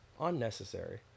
unnecessary